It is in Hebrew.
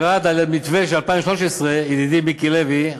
ירד עד המתווה של 2013. ידידי מיקי לוי,